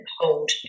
hold